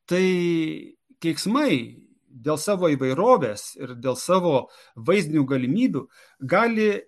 tai keiksmai dėl savo įvairovės ir dėl savo vaizdinių galimybių gali